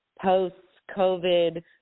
post-COVID